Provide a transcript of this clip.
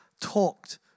talked